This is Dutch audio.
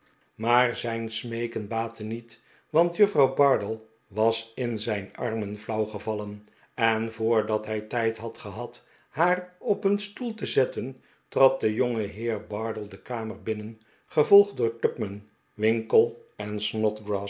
maar zijn smeeken baatte niet want juffrouw bardell was in zijn armen flauw gevallen en voordat hij tijd had gehad haar op een stoel te zetten trad de jongeheer bardell de kamer binnen gevolgd door tupman winkle